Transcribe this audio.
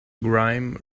grime